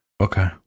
Okay